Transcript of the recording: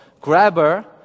grabber